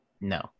No